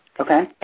Okay